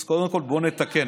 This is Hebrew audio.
אז קודם כול, בואו נתקן.